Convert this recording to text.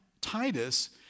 Titus